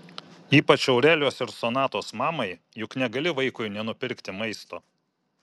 ypač aurelijos ir sonatos mamai juk negali vaikui nenupirkti maisto